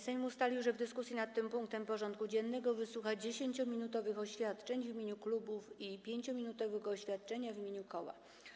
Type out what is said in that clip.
Sejm ustalił, że w dyskusji nad tym punktem porządku dziennego wysłucha 10-minutowych oświadczeń w imieniu klubów i 5-minutowego oświadczenia w imieniu koła.